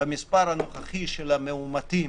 במספר הנוכחי של המאומתים,